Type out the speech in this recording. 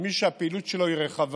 ומי שהפעילות שלו היא רחבה,